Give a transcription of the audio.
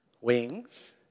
Wings